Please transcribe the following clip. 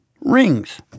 rings